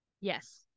Yes